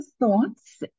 thoughts